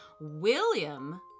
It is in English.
William